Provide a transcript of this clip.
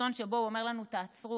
בסרטון שבו הוא אומר לנו: תעצרו,